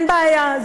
אין בעיה.